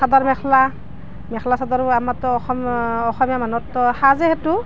চাদৰ মেখেলা মেখেলা চাদৰ বুৱে আমাৰতো অসম অসমীয়া মানুহৰতো সাজে সেইটো